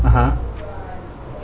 (uh huh)